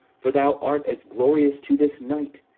for thou art as glorious to this night,